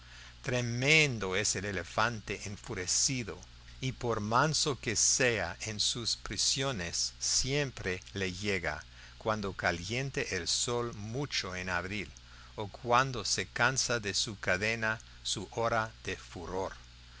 tremendo es el elefante enfurecido y por manso que sea en sus prisiones siempre le llega cuando calienta el sol mucho en abril o cuando se cansa de su cadena su hora de furor